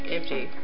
Empty